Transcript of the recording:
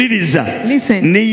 Listen